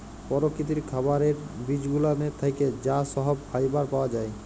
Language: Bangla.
পরকিতির খাবারের বিজগুলানের থ্যাকে যা সহব ফাইবার পাওয়া জায়